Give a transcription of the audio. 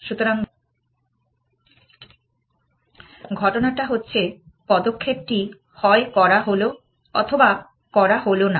সুতরাং ঘটনাটা হচ্ছে পদক্ষেপটি হয় করা হল অথবা করা হলনা